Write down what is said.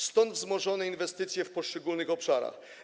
Stąd wzmożone inwestycje w poszczególnych obszarach.